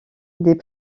des